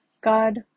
God